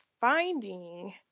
finding